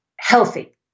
healthy